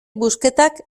busquetak